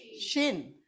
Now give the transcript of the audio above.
shin